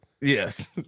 Yes